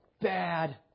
bad